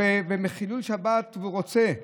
בחילול שבת הוא רוצה?